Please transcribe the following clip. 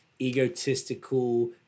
egotistical